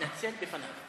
תתנצל בפניו.